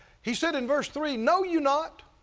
he said in verse three, know you not,